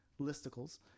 listicles